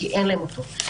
כי אין להן אותו.